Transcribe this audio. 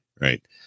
right